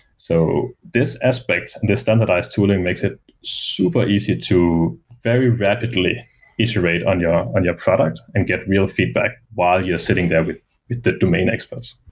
so this aspect, this standardized tooling makes it super easy to very rapidly iterate on your on your product and get real feedback while you're sitting there with the domain experts.